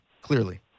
clearly